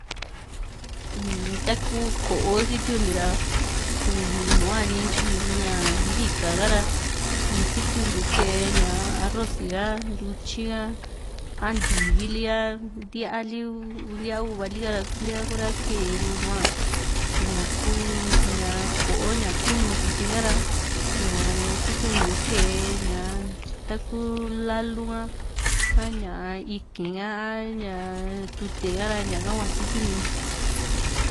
ta kuu ko´o sitiuntiu ra uvi nua nim tyi in ña ntika´ka ra ña sitiuntiu kee ña arroci ha, ntutyi a, a ntivi li, a ntíaa li, ntíaa u´va lika ntee ha kura kee lu nua, ña kuu ña ko´o ña kuni tisi ha´ra ña sitiuntiu kee ña taku lalu ha, ñaa iiki´n ha ña tute a´ra ñaka hua sitiundiu.